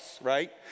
right